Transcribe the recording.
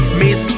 miss